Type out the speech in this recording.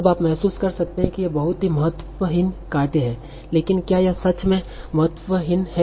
अब आप महसूस कर सकते हैं कि यह बहुत ही महत्वहीन कार्य है लेकिन क्या यह सच में महत्वहीन है